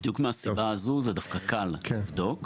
בדיוק מהסיבה הזו זה דווקא קל לבדוק,